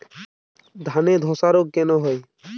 ধানে ধসা রোগ কেন হয়?